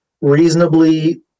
reasonably